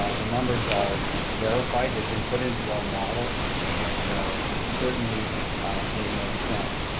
ah the numbers are verified, they've been put into our model and certainly they make sense.